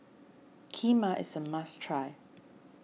Kheema is a must try